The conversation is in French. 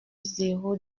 zéro